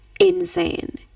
insane